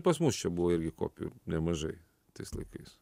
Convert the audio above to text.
pas mus čia buvo irgi kopijų nemažai tais laikais